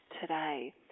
today